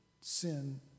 sin